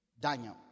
Daniel